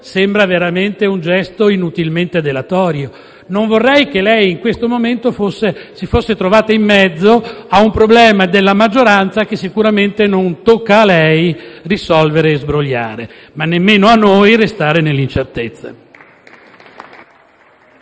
sembra veramente un gesto inutilmente dilatorio. Non vorrei che lei, in questo momento, si fosse trovata in mezzo a un problema della maggioranza che sicuramente non tocca a lei risolvere e sbrogliare; ma nemmeno noi possiamo restare nell'incertezza.